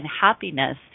happiness